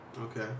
Okay